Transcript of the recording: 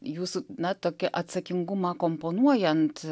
jūsų na tokį atsakingumą komponuojant